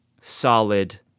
solid